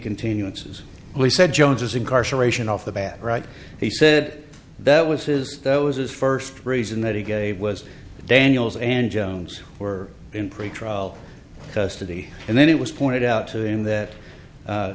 continuances we said jones is incarceration off the bat right he said that that was his that was his first reason that he gave was daniels and jones were in pretrial custody and then it was pointed out to him that